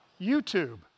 YouTube